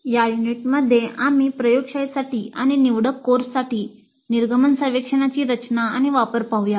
या युनिटमध्ये आम्ही प्रयोगशाळेसाठी आणि निवडक कोर्ससाठी निर्गमन सर्वेक्षणाची रचना आणि वापर पाहुया